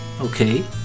Okay